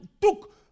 took